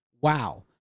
Wow